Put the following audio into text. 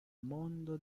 mondo